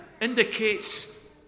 indicates